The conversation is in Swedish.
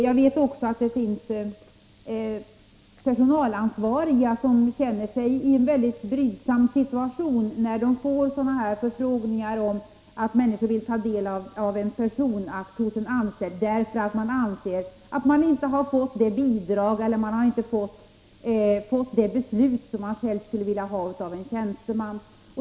Jag vet också att det finns personalansvariga som känner sig vara i en mycket brydsam situation när de får sådana här förfrågningar då någon vill ta del av en personakt beträffande en anställd, därför att man inte anser sig ha fått det bidrag eller det beslut som man själv skulle ha velat ha av en tjänsteman.